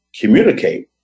Communicate